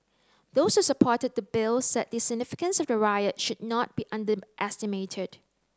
those supported the Bill said the significance of the riot should not be underestimated